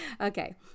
okay